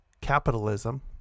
capitalism